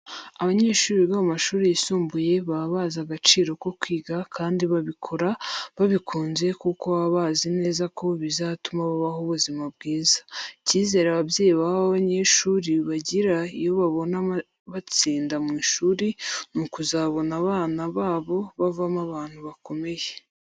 Abanyeshuri biga mu mashuri yisumbuye baba bazi agaciro ko kwiga kandi babikora babikunze kuko baba bazi neza ko bizatuma babaho ubuzima bwiza. Icyizere ababyeyi baba banyeshuri bagira iyo babona batsinda mu ishuri, ni ukuzabona abana babo bavamo abantu bakomeye.